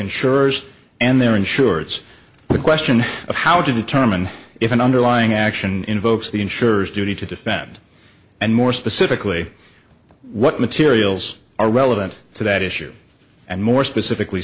insurers and their insurers the question of how to determine if an underlying action invokes the insurers duty to defend and more specifically what materials are relevant to that issue and more specifically